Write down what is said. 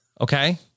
okay